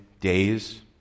days